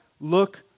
look